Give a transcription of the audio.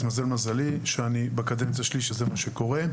התמזל מזלי שבקדנציה שלי זה מה שקורה,